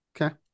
okay